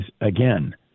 again